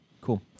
Cool